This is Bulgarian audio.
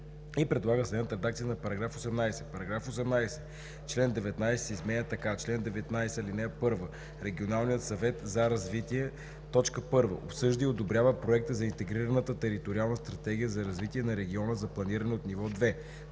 предлага следната редакция на § 18: „§ 18. Член 19 се изменя така: „Чл. 19. (1) Регионалният съвет за развитие: 1. обсъжда и одобрява проекта на интегрираната териториална стратегия за развитие на региона за планиране от ниво 2;